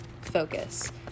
focus